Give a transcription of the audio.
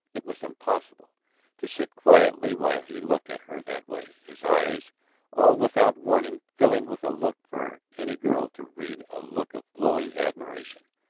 it was impossible to sit quietly while he looked at her that way, his eyes all without warning filling with a look for any girl to read a look of glowing admiration,